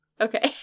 okay